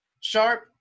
Sharp